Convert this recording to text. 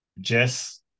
jess